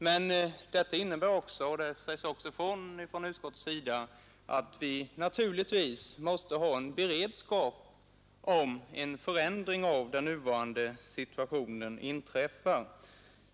Men vi måste naturligtvis ha en beredskap — det säger också försvarsutskottet — om en förändring av den nuvarande doktrinen inträffar.